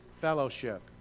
fellowship